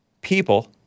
people